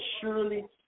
surely